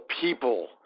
people